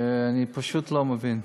שאני פשוט לא מבין: